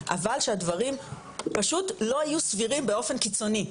אבל שהדברים פשוט לא יהיו סבירים באופן קיצוני,